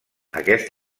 aquest